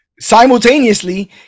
simultaneously